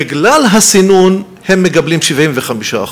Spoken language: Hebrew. בגלל הסינון הם מקבלים 75%,